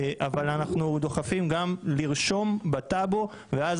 אבל אנחנו דוחפים גם לרשום בטאבו ואז